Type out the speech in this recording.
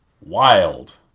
Wild